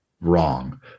wrong